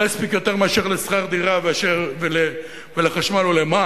לא יספיק יותר מאשר לשכר דירה ולחשמל או למים.